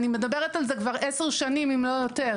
אני מדברת על זה כבר עשר שנים אם לא יותר.